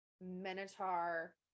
minotaur